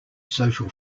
social